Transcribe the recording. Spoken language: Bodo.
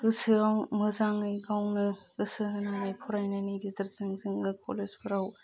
गोसोआव मोजाङै गावनो गोसो होनानै फरायनायनि गेजेरजों जोङो कलेजफोराव